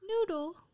Noodle